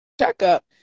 checkup